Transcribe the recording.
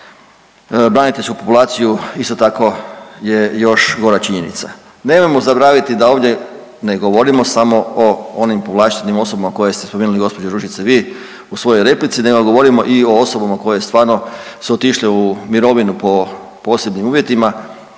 braniteljsku populaciju isto tako je još gora činjenica. Nemojmo zaboraviti da ovdje, ne govorimo samo o onim povlaštenim osobama koje ste spomenuli, gđo Ružice, vi u svojoj replici nego govorimo i o osobama koje stvarno su otišle u mirovnu po posebnim uvjetima,